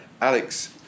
Alex